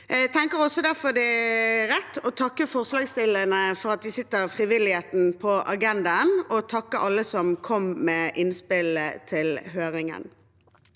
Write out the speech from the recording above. Jeg tenker også det derfor er rett å takke forslagsstillerne for at de setter frivilligheten på agendaen, og å takke alle som kom med innspill til høringen.